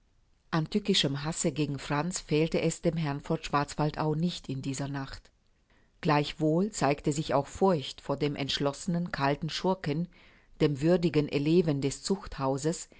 an tückischem hasse gegen franz fehlte es dem herrn von schwarzwaldau nicht in dieser nacht gleichwohl zeigte sich auch furcht vor dem entschlossenen kalten schurken dem würdigen eleven des zuchthauses